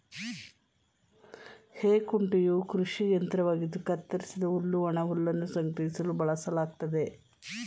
ಹೇ ಕುಂಟೆಯು ಕೃಷಿ ಯಂತ್ರವಾಗಿದ್ದು ಕತ್ತರಿಸಿದ ಹುಲ್ಲು ಒಣಹುಲ್ಲನ್ನು ಸಂಗ್ರಹಿಸಲು ಬಳಸಲಾಗ್ತದೆ